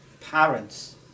parents